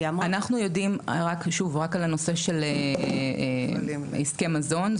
אנחנו יודעים רק על הנושא של עסקי מזון,